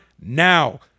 Now